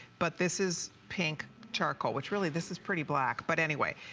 but this is pink charcoal which really this is pretty black but anyways.